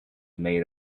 made